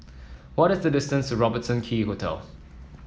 what is the distance Robertson Quay Hotel